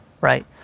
right